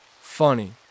Funny